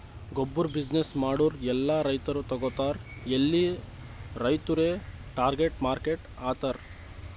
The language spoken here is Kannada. ಗೊಬ್ಬುರ್ ಬಿಸಿನ್ನೆಸ್ ಮಾಡೂರ್ ಎಲ್ಲಾ ರೈತರು ತಗೋತಾರ್ ಎಲ್ಲಿ ರೈತುರೇ ಟಾರ್ಗೆಟ್ ಮಾರ್ಕೆಟ್ ಆತರ್